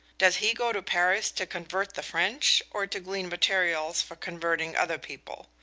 does he go to paris to convert the french, or to glean materials for converting other people?